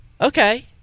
Okay